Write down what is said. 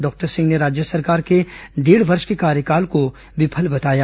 doctor Singh ने राज्य सरकार के डेढ़ वर्ष के कार्यकाल को विफल बताया